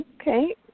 Okay